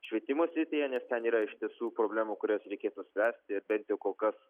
švietimo srityje nes ten yra iš tiesų problemų kurias reikėtų spręsti ir bent jau kol kas